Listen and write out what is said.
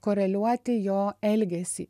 koreliuoti jo elgesį